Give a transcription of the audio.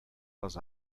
les